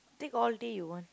take all day you want